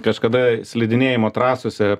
kažkada slidinėjimo trąsose